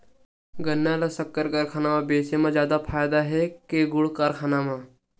गन्ना ल शक्कर कारखाना म बेचे म जादा फ़ायदा हे के गुण कारखाना म?